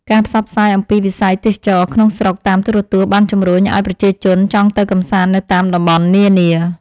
ការផ្សព្វផ្សាយអំពីវិស័យទេសចរណ៍ក្នុងស្រុកតាមទូរទស្សន៍បានជំរុញឱ្យប្រជាជនចង់ទៅកម្សាន្តនៅតាមតំបន់នានា។